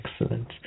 Excellent